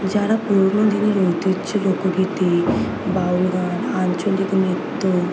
যারা পুরনো দিনের ঐতিহ্য লোকগীতি বাউল গান আঞ্চলিক নৃত্য